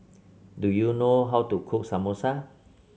do you know how to cook Samosa